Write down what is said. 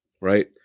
right